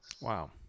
Wow